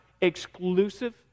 exclusive